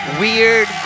weird